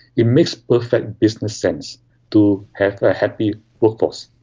it makes perfect business sense to have a happy workforce.